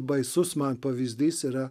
baisus man pavyzdys yra